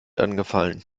angefallen